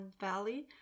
Valley